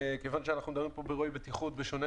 כיוון שמדובר פה באירועי בטיחות בשונה,